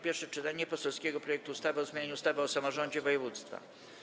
Pierwsze czytanie poselskiego projektu ustawy o zmianie ustawy o samorządzie województwa.